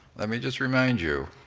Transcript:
let me just remind you,